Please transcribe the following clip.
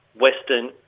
Western